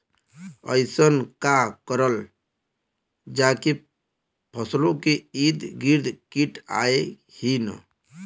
अइसन का करल जाकि फसलों के ईद गिर्द कीट आएं ही न?